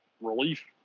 relief